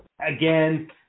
again